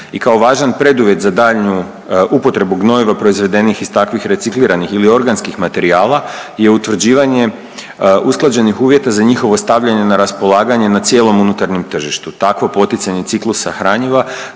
i kao važan preduvjet za daljnju upotrebu gnojiva proizvedenih iz takvih recikliranih ili organskih materijala je utvrđivanje usklađenih uvjeta za njihovo stavljanje na raspolaganje na cijelom unutarnjem tržištu. Takvo poticanje ciklusa hranjiva